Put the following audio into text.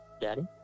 daddy